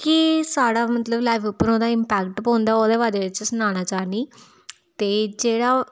केह् साढ़ा मतलब लाइफ उप्पर ओह्दा इम्पैक्ट पौंदा ओह्दे बारे च सनाना चाह्नीं ते जेह्ड़ा